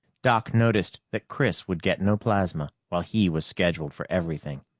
doc noticed that chris would get no plasma, while he was scheduled for everything.